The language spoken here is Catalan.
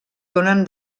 donen